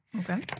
Okay